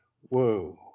Whoa